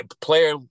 player